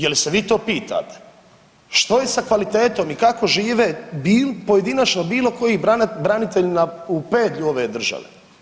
Jel se vi to pitate, što je sa kvalitetom i kako žive pojedinačno bilo koji branitelj u pedlju ove države?